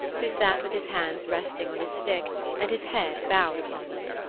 who sat with his hands resting on his stick and his head bowed upon them.